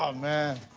ah man.